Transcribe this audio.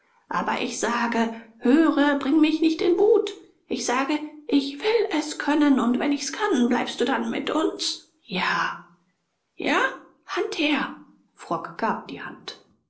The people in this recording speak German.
aber ich sage höre bringe mich nicht in wut ich sage ich will es können und wenn ich's kann bleibst du dann mit uns ja ja hand her frock gab die hand